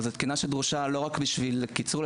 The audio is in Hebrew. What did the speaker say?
אבל זאת תקינה שדרושה לא רק בשביל קיצור,